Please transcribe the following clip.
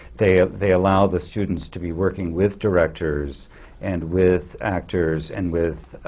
they ah they allow the students to be working with directors and with actors and with